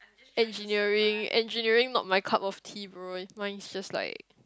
engineering engineering not my cup of tea bro mine is just like